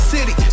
City